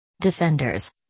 Defenders